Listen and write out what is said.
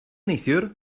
neithiwr